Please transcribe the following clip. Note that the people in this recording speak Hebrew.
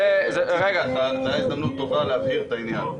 ואני חושב שאנחנו נראה שבענפים המתוכננים,